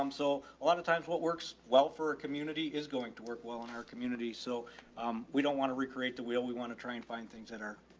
um so a lot of times what works well for a community is going to work well in our community. so we don't want to recreate the wheel. we want to try and find things that are,